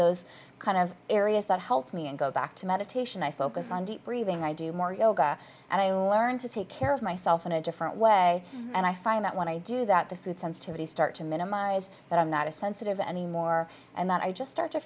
those kind of areas that help me and go back to meditation i focus on deep breathing i do more yoga and i learn to take care of myself in a different way and i find that when i do that the food sensitivities start to minimize that i'm not a sensitive anymore and that i just start to